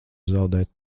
zaudēt